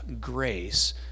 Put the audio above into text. grace